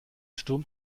sturm